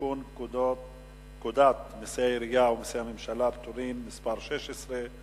לתיקון פקודת מסי העירייה ומסי הממשלה (פטורין) (מס' 16),